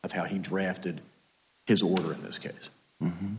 of how he drafted his order in this case